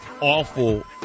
awful